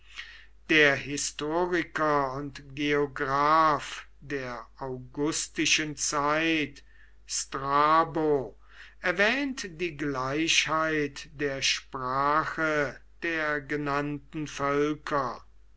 der historiker und geograph der augustischen zeit strabo erwähnt die gleichheit der sprache der genannten völker